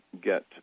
get